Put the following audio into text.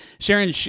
Sharon